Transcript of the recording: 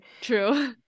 true